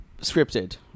scripted